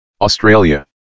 Australia